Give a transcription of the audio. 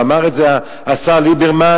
ואמר את זה השר ליברמן,